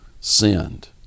sinned